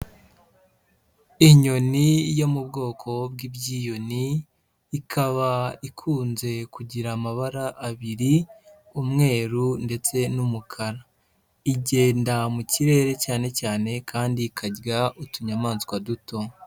Inyoni yo mu bwoko bw'ibyiyoni, ikaba ikunze kugira amabara abiri umweru ndetse n'umukara, igenda mu kirere cyane cyane kandi ikarya utunyamaswa duto.